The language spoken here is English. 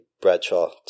Bradshaw